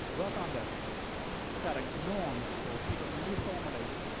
work on this setting the norms for people who reformulate.